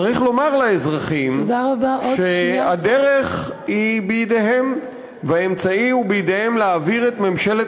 צריך לומר לאזרחים שהדרך היא בידיהם והאמצעי הוא בידיהם: להעביר את ממשלת